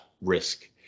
risk